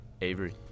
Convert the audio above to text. Avery